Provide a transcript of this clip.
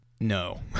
No